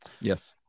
yes